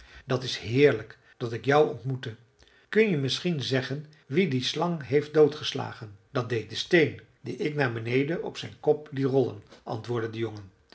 dat is heerlijk dat ik jou ontmoette kun je misschien zeggen wie die slang heeft dood geslagen dat deed de steen die ik naar beneden op zijn kop liet rollen antwoordde de jongen